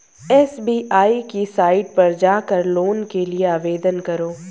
SBI की site पर जाकर लोन के लिए आवेदन करो